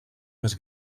més